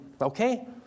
Okay